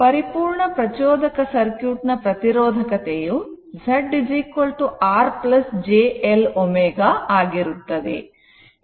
ಪರಿಪೂರ್ಣ ಪ್ರಚೋದಕ ಸರ್ಕ್ಯೂಟ್ ನ ಪ್ರತಿರೋಧಕತೆಯು Z R j L ω ಆಗಿರುತ್ತದೆ